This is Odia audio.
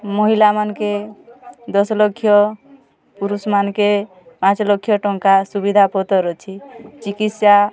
ମହିଲା ମାନ୍କେ ଦଶ ଲକ୍ଷ ପୁରୁଷ ମାନ୍କେ ପାଞ୍ଚ ଲକ୍ଷ ଟଙ୍କା ସୁବିଧା ପତର୍ ଅଛେ ଚିକିତ୍ସା